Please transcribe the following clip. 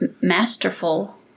masterful